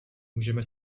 můžeme